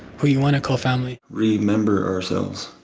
who you wanna call family. remember ourselves,